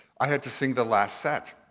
i had to sing the last set.